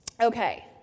Okay